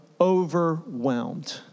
overwhelmed